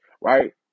right